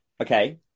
Okay